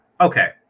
Okay